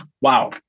wow